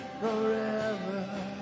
forever